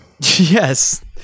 Yes